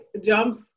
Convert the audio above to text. jumps